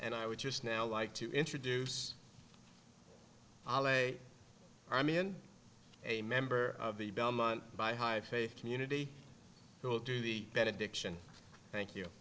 and i would just now like to introduce i mean a member of the belmont by high faith community who will do the benediction thank you